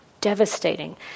devastating